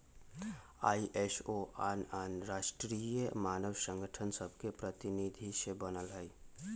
ISO आन आन राष्ट्रीय मानक संगठन सभके प्रतिनिधि से बनल हइ